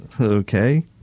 Okay